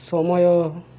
ସମୟ